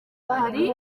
hari